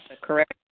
correct